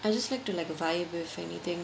I just like to like vibe with anything